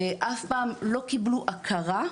אף פעם לא קיבלו הכרה,